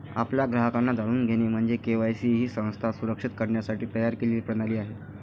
आपल्या ग्राहकांना जाणून घेणे म्हणजे के.वाय.सी ही संस्था सुरक्षित करण्यासाठी तयार केलेली प्रणाली आहे